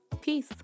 Peace